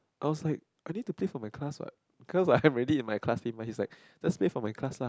I was like I need to play for my class what cause I'm already in my class team and he is like just play for my class lah